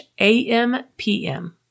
ampm